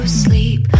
sleep